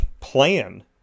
plan